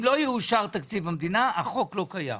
אם לא יאושר תקציב המדינה, החוק לא קיים.